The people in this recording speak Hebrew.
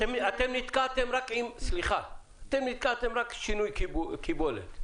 אתם נתקעתם רק עם שינוי קיבולת.